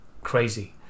crazy